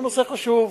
הוא נושא חשוב,